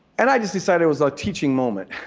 and i just decided it was a teaching moment,